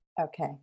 Okay